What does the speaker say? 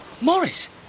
Morris